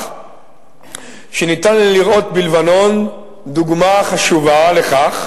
שניתן לראות בלבנון דוגמה חשובה לכך,